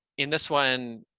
in this one,